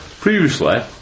Previously